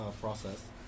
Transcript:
process